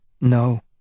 No